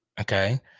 okay